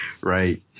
Right